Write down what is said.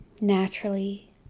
Naturally